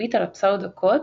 נביט על הפסאודו קוד